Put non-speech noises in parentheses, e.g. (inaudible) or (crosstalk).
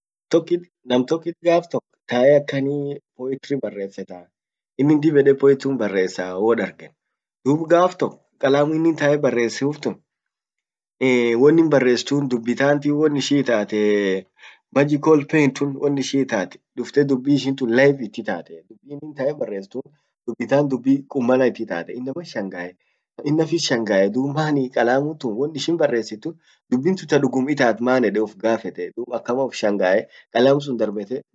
nam tokit, nam tokkit gaf tok tae akan (hesitation) poetry barrefetaa. Inin dib ede poetry barresaa wadargen dub gaf tok kalamu inin tae barress tae barresuf tok (hesitation) wonin barress tun dubbi tant won ishin taate, (hesitation) magical pen tun won ishin itat dufte dubbi ishin tun live iti hitate wonin tae barres tun dubbi tant dubbi qummana it hitatee. inaman shangae in naffit shangae dub maani kalamun tun won ishin barressitun dubbin tun taduggum hitat maan ede ufgaffete, dub akama uf shangae kalamu sun darbette bayya uffira busee.